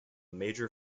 major